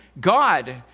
God